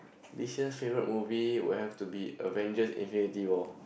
this year favourite movie would have to be Avengers Infinity War